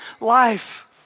life